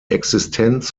existenz